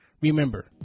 Remember